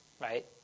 right